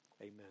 amen